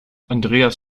andreas